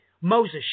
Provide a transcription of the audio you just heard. Moses